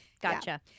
gotcha